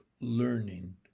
learning